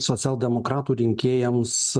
socialdemokratų rinkėjams